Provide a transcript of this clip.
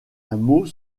mot